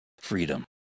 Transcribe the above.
freedom